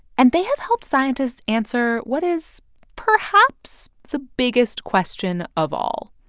and they have helped scientists answer what is perhaps the biggest question of all.